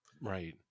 Right